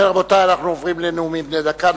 רבותי, אנחנו עוברים לנאומים בני דקה.